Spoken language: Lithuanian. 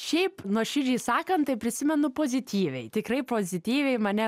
šiaip nuoširdžiai sakant tai prisimenu pozityviai tikrai pozityviai mane